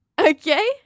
Okay